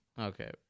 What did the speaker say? Okay